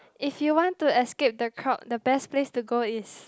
if you want to escape the crowd the best place to go is